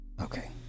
okay